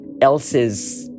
else's